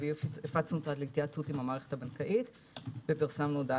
והפצנו אותה להתייעצות עם המערכת הבנקאית ופרסמנו הודעה